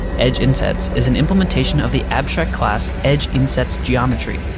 edgeinsets is an implementation of the abstract class edgeinsetsgeometry,